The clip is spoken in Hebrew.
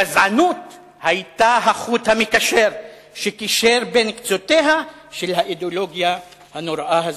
גזענות היתה החוט המקשר שקישר בין קצותיה של האידיאולוגיה הנוראה הזאת.